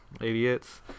idiots